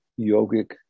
yogic